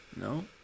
No